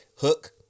Hook